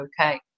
okay